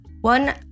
one